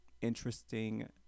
interesting